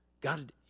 god